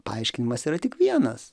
paaiškinimas yra tik vienas